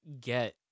get